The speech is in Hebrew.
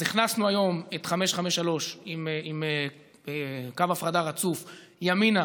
אז הכנסנו היום את 553 עם קו הפרדה רצוף ימינה,